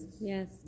Yes